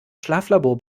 schlaflabor